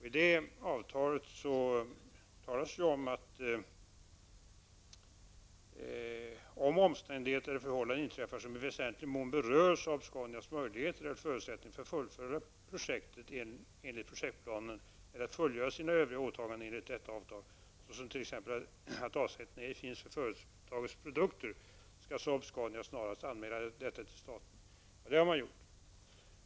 I det avtalet sägs att om omständigheter och förhållanden inträffar som i väsentlig mån berör Saab-Scanias möjligheter och förutsättningar att fullfölja projektet enligt projektplanen eller fullgöra sina övriga åtaganden enligt detta avtal, såsom t.ex. att avsättning ej finns för företagets produkter, skall Saab-Scania snarast anmäla detta till staten. Det har man gjort.